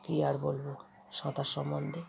কী আর বলব সাঁতার সম্বন্ধে